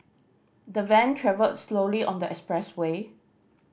the van travelled slowly on the expressway